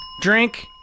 drink